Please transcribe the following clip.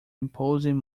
imposing